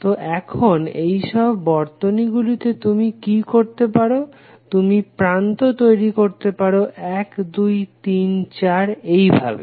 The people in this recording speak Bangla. তো এখন এই সব বর্তনীগুলিতে তুমি কি করতে পারো তুমি প্রান্ত তৈরি করতে পারো 1 2 3 4 এইভাবে